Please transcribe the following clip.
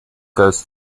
goes